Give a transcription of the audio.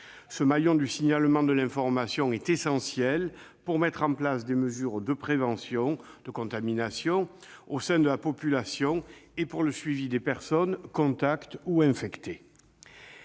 Ce maillon du signalement de l'information est essentiel pour mettre en place des mesures de prévention de contamination au sein de la population et pour le suivi des personnes contacts ou infectées.